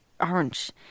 orange